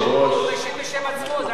הוא משיב בשם עצמו.